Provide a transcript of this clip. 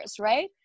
right